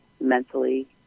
mentally